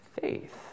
faith